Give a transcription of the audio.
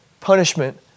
punishment